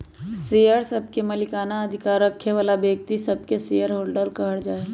share सभके मलिकना अधिकार रखे बला व्यक्तिय सभके शेयर होल्डर कहल जाइ छइ